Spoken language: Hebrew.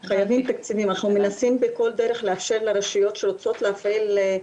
אנחנו מנסים בכל דרך לאפשר לרשויות שיוצאות להפעיל,